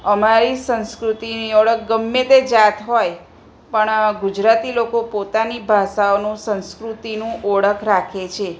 અમારી સંસ્કૃતિની ઓળખ ગમે તે જાત હોય પણ ગુજરાતી લોકો પોતાની ભાષાઓનું સંસ્કૃતિનું ઓળખ રાખે છે